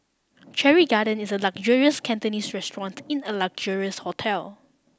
Cherry Garden is a luxurious Cantonese restaurant in a luxurious hotel